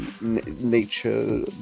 nature